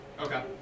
Okay